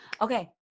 okay